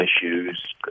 issues